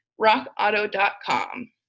Rockauto.com